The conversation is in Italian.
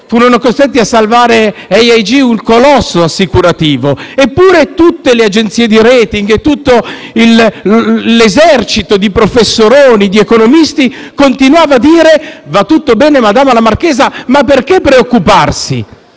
furono costretti a salvare AIG, il colosso assicurativo. Eppure, tutte le agenzie di *rating* e tutto l'esercito di professoroni ed economisti continuavano a dire «Va tutto bene, Madama la marchesa». Perché preoccuparsi?